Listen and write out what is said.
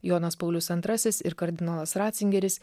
jonas paulius antrasis ir kardinolas ratzingeris